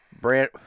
brand